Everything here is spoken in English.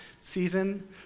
season